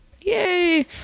Yay